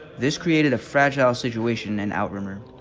this created a fragile situation and outremer.